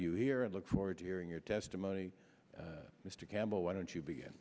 you here and look forward to hearing your testimony mr campbell why don't you begin